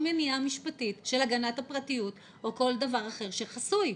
מניעה משפטית של הגנת הפרטיות או כל דבר אחר שחסוי.